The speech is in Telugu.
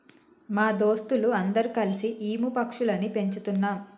మా దోస్తులు అందరు కల్సి ఈము పక్షులని పెంచుతున్నాం